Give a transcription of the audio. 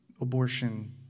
abortion